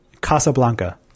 Casablanca